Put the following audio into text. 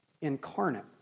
incarnate